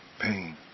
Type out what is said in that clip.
pain